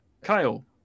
Kyle